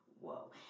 whoa